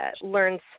learns